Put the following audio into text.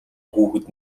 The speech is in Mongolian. хүүхэд